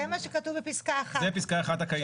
זה מה שכתוב בפסקה 1. זאת פסקה 1 הקיימת.